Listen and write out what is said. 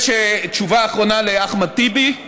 כבוד השר, תשובה אחרונה לאחמד טיבי,